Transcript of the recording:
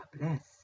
bless